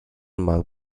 magreb